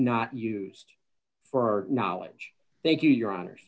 not used for knowledge thank you your honors